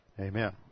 Amen